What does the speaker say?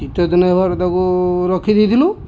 ଶୀତଦିନ ଆମର ତାକୁ ରଖିଦେଇଥିଲୁ